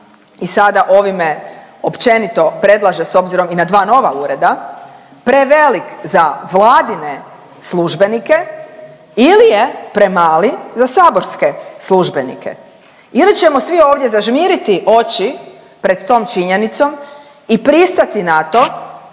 i sada ovime općenito predlaže s obzirom i na dva nova ureda prevelik za vladine službenike ili je premali za saborske službenike. Ili ćemo svi ovdje zažmiriti oči pred tom činjenicom i pristati na to